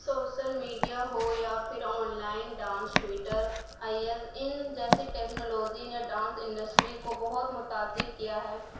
social media ہو یا پھر آن لائن ڈانس ٹیوٹر ان جیسی ٹیکنالوجی نے ڈانس اںڈسٹری كو بہت متأثر كیا ہے